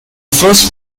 first